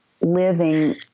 living